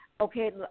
Okay